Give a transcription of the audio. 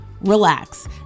relax